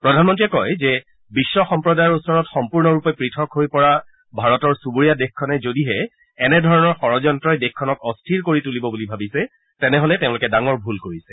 প্ৰধানমন্ত্ৰীয়ে কয় যে বিশ্ব সম্প্ৰদায়ৰ ওচৰত সম্পূৰ্ণৰূপে পৃথক হৈ পৰা ভাৰতৰ চুবুৰীয়া দেশখনে যদিহে এনে ধৰণৰ যড়যন্ত্ৰই দেশখনক অস্থিৰ কৰি তুলিব বুলি ভাবিছে তেনেহলে তেওঁলোকে ডাঙৰ ভুল কৰিছে